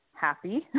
Happy